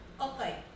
okay